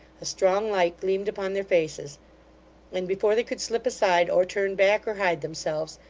a strong light gleamed upon their faces and before they could slip aside, or turn back, or hide themselves,